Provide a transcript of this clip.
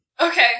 Okay